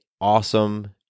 awesome